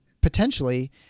potentially